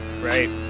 Right